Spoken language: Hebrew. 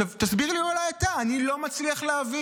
עכשיו, תסביר לי, אולי, אתה, אני לא מצליח להבין: